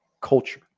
culture